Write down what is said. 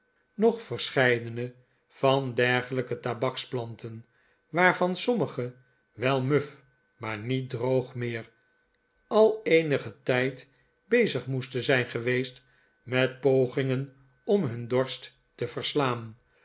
nog verscheidene van dergelijke tabaksplanten waarvan sommige wel muf maar niet droog meer al eenigen tijd bezig moesten zijri geweest met pogingen om nun dorst te verslaan